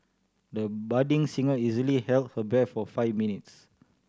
the budding singer easily held her breath for five minutes